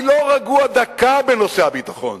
אני לא רגוע דקה בנושא הביטחון,